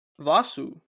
Vasu